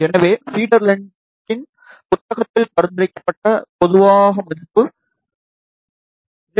எனவே ஃபீடர் லென்த்தின் புத்தகத்தில் பரிந்துரைக்கப்பட்ட பொதுவாக மதிப்பு 0